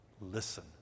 listen